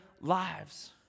lives